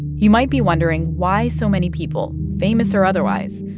you might be wondering why so many people, famous or otherwise,